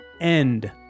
end